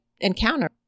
encounter